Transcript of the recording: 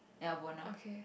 ya Buona